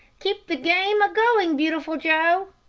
keep the game a-going, beautiful joe.